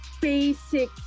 basic